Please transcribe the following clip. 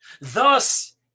Thus